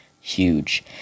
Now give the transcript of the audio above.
huge